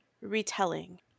retelling